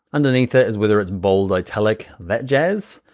underneath it is whether it's bold, italic, that jazz,